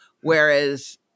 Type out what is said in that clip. whereas